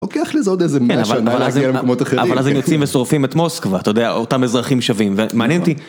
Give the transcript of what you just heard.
לוקח לזה עוד איזה 100 שנה, להגיע למקומות אחרים. - אבל אז הם יוצאים ושורפים את מוסקבה, אתה יודע, אותם אזרחים שווים, ומעניין אותי...